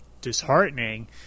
disheartening